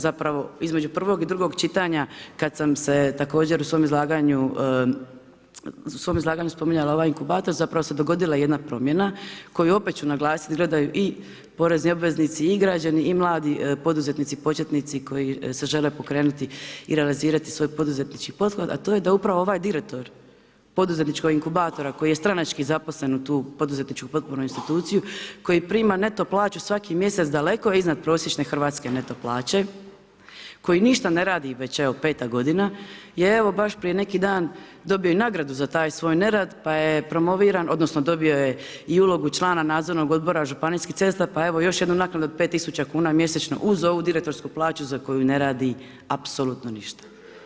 Zapravo između prvog i drugog čitanja kad sam se također u svom izlaganju spominjala ovaj inkubator, zapravo se dogodila jedna promjena koju, opet ću naglasiti, gledaju i porezni obveznici i građani i mladi poduzetnici početnici koji se žele pokrenuti i realizirati svoj poduzetnički pothvat, a to je da upravo ovaj direktor poduzetničkog inkubatora koji je stranački zaposlen u tu poduzetničku potpornu instituciju, koji prima neto plaću svaki mjesec daleko iznad prosječne hrvatske neto plaće, koji ništa ne radi već evo, peta godina, je evo, baš prije neki dan dobio i nagradu za taj svoj nerad pa je promoviran, odnosno dobio je i ulogu člana nadzornog odbora županijskih cesta, pa evo još jednu naknadu od 5 tisuća kuna mjesečno uz ovu direktorsku plaću za koju ne radi apsolutno ništa.